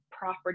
Proper